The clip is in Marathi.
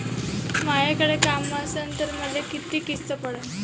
मायाकडे काम असन तर मले किती किस्त पडन?